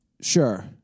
Sure